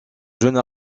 jeune